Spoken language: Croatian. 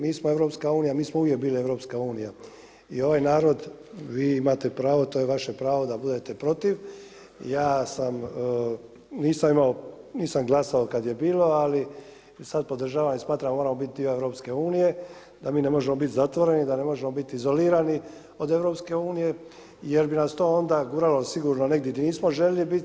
Mi smo EU, mi smo uvijek bili EU i ovaj narod, vi imate pravo, to je vaše pravo da budete protiv, ja nisam glasao kada je bilo ali sada podržavam i smatram da moramo biti dio EU, da mi ne možemo biti zatvoreni, da ne možemo biti izolirani od EU jer bi nas to onda guralo sigurno negdje gdje nismo željeli biti.